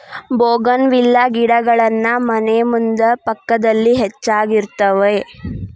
bougainvillea ಗಿಡಗಳನ್ನಾ ಮನೆ ಮುಂದೆ ಪಕ್ಕದಲ್ಲಿ ಹೆಚ್ಚಾಗಿರುತ್ತವೆ